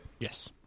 Yes